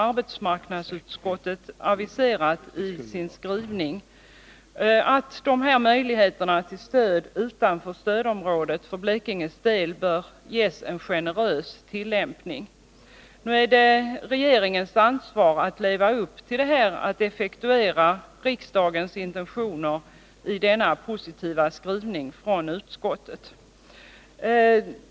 Arbetsmarknadsutskottet har också i sin skrivning sagt att reglerna för stöd utom stödområdet bör ges en generös tillämpning för Blekinge län. Nu är det regeringen som har att leva upp till sitt ansvar och effektuera riksdagens intentioner enligt den positiva skrivningen från utskottet.